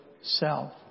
self